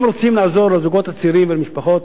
אם רוצים לעזור לזוגות הצעירים ולמשפחות,